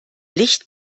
licht